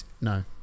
No